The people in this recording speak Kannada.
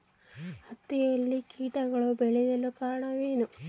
ಹತ್ತಿಯಲ್ಲಿ ಕೇಟಗಳು ಬೇಳಲು ಕಾರಣವೇನು?